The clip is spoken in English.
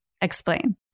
explain